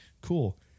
cool